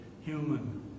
human